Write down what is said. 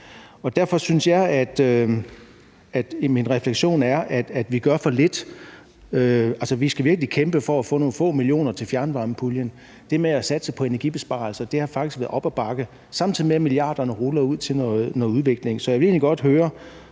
Derfor er min refleksion, at vi gør for lidt. Vi skal virkelig kæmpe for at få nogle få millioner til fjernvarmepuljen, og det med at satse på energibesparelser har faktisk været op ad bakke, samtidig med at milliarderne ruller ud til noget udvikling.